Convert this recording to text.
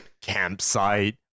Campsite